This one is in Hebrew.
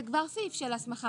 זה כבר סעיף של הסמכה,